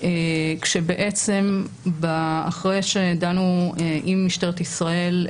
כשבעצם אחרי שדנו עם משטרת ישראל,